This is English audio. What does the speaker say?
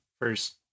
first